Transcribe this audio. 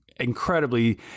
incredibly